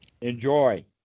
Enjoy